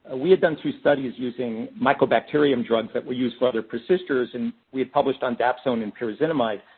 we had done two studies using micro-bacterium drugs that were used for other persisters, and we had published on dapsone and pyrazinamide.